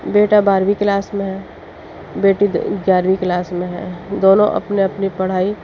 بیٹا بارہویں کلاس میں ہے بیٹی گیارہویں کلاس میں ہے دونوں اپنی اپنی پڑھائی